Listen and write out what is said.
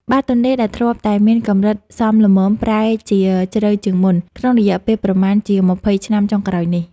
បាតទន្លេដែលធ្លាប់តែមានកម្រិតសមល្មមប្រែជាជ្រៅជាងមុន ក្នុងរយៈពេលប្រមាណជាម្ភៃឆ្នាំចុងក្រោយនេះ។